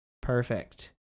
Perfect